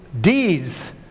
deeds